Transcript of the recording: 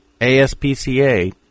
ASPCA